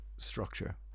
structure